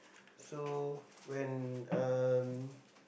so when um